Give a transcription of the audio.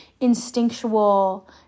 instinctual